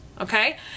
okay